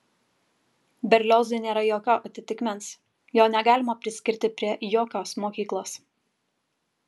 berliozui nėra jokio atitikmens jo negalima priskirti prie jokios mokyklos